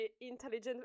intelligent